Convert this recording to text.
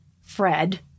Fred